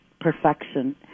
perfection